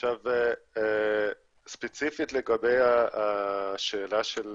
עכשיו, ספציפית לגבי השאלה של